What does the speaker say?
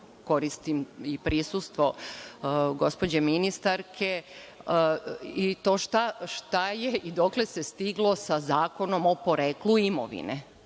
koristim i prisustvo gospođe ministarke, i to šta je i dokle se stiglo sa Zakonom o poreklu imovine.